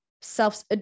self